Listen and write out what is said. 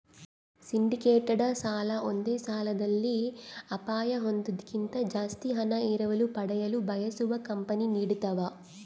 syndicated ಸಾಲ ಒಂದೇ ಸಾಲದಲ್ಲಿ ಅಪಾಯ ಹೊಂದೋದ್ಕಿಂತ ಜಾಸ್ತಿ ಹಣ ಎರವಲು ಪಡೆಯಲು ಬಯಸುವ ಕಂಪನಿ ನೀಡತವ